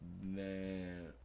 man